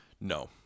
No